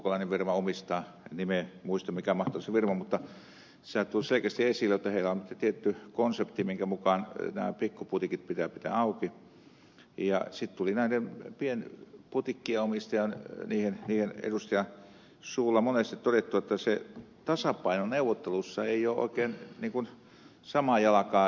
nimeä en muista mikä mahtoi olla se firma mutta siinä tuli selkeästi esille jotta heillä on tietty konsepti minkä mukaan nämä pikkuputiikit pitää pitää auki ja sitten tuli näiden putiikkien omistajien edustajan suulla monesti todettua että se tasapaino neuvottelussa ei ole oikein niin kuin samaa jalkaa